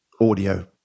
audio